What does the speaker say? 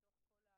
בוקר טוב,